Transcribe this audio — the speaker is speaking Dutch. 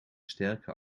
sterke